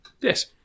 Yes